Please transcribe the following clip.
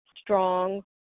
strong